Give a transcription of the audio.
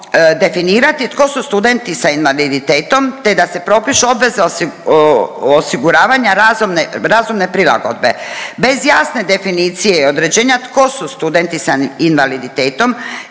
definirati tko su studenti sa invaliditetom te da se propišu obveze osiguravanja razumne prilagodbe. Bez jasne definicije i određenja tko su studenti sa invaliditetom